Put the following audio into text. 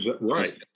Right